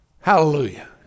Hallelujah